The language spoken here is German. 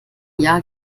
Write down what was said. jahr